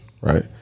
Right